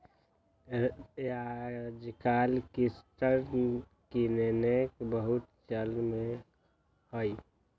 याजकाल किस्त किनेके बहुते चलन में हइ